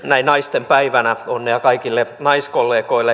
näin naisten päivänä onnea kaikille naiskollegoille